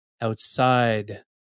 outside